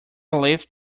lift